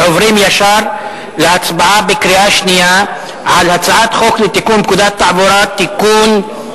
ועוברים ישר להצבעה בקריאה שנייה על הצעת חוק לתיקון פקודת התעבורה (מס'